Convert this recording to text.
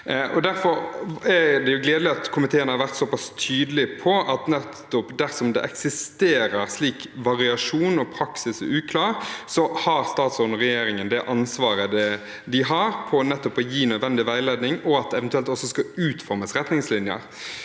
Derfor er det gledelig at komiteen har vært såpass tydelig på at dersom det eksisterer slik variasjon og praksis er uklar, har statsråden og regjeringen ansvar for nettopp å gi nødvendig veiledning og eventuelt utforme retningslinjer.